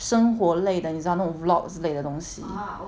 生活类的你知道那种 vlogs 类的东西